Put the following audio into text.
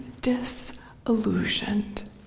disillusioned